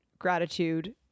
gratitude